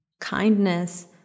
kindness